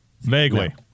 Vaguely